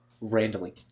randomly